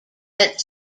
that